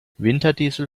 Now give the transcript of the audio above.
winterdiesel